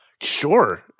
sure